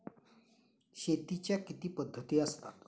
शेतीच्या किती पद्धती असतात?